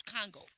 Congo